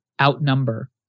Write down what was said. outnumber